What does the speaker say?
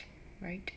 right